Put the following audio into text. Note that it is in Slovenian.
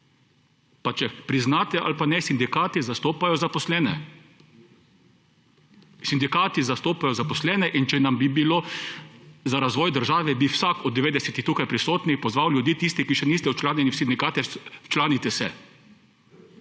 pa če priznate ali pa ne, sindikati zastopajo zaposlene. Sindikati zastopajo zaposlene, in če nam bi bilo za razvoj države, bi vsak od 90. tukaj prisotnih pozval ljudi tisti, ki še niste včlanjeni v sindikate, včlanite se.